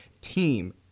Team